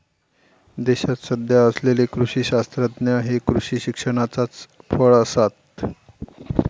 देशात सध्या असलेले कृषी शास्त्रज्ञ हे कृषी शिक्षणाचाच फळ आसत